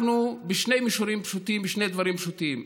אנחנו בשני מישורים פשוטים, בשני דברים פשוטים.